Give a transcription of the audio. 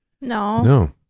No